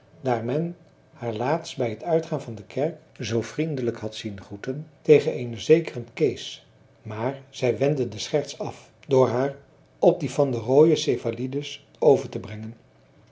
daar men haar laatst bij het uitgaan van de kerk zoo vriendelijk had zien groeten tegen een zekeren kees maar zij wendde de scherts af door haar op die van de roode céphalide over te brengen